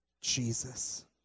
Jesus